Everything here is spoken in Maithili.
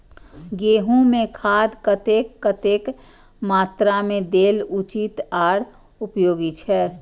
गेंहू में खाद कतेक कतेक मात्रा में देल उचित आर उपयोगी छै?